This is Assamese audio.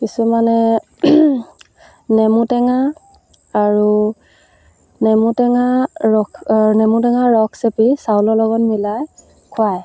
কিছুমানে নেমু টেঙা আৰু নেমু টেঙা ৰস নেমু টেঙাৰ ৰস চেপি চাউলৰ লগত মিলাই খুৱায়